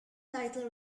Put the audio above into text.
title